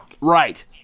Right